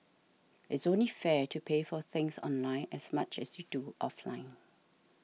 it's only fair to pay for things online as much as you do offline